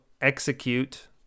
execute